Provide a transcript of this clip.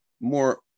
more